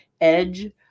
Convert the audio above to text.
edge